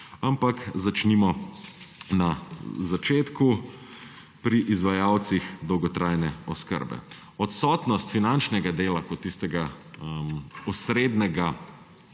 Ampak začnimo na začetku, pri izvajalcih dolgotrajne oskrbe. Odsotnost finančnega dela kot tistega osrednjega